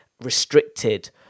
restricted